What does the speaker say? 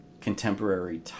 contemporary